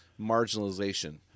marginalization